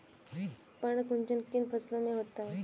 पर्ण कुंचन किन फसलों में होता है?